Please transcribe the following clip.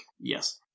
Yes